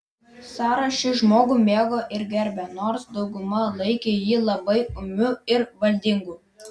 sara šį žmogų mėgo ir gerbė nors dauguma laikė jį labai ūmiu ir valdingu